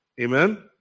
Amen